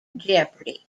jeopardy